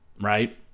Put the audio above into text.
right